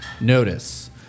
notice